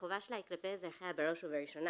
החובה שלה היא כלפי אזרחיה בראש ובראשונה.